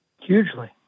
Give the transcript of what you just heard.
Hugely